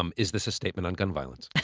um is this a statement on gun violence?